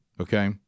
Okay